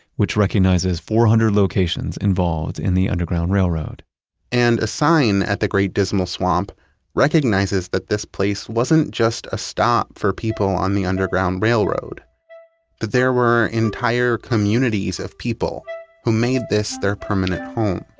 which recognizes four hundred locations involved in the underground railroad and a sign at the great dismal swamp recognizes that this place wasn't just a stop for people on the underground railroad, that there were entire communities of people who made this their permanent home